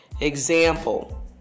Example